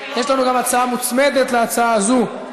יש לנו גם הצעה מוצמדת להצעה הזאת,